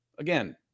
Again